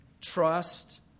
Trust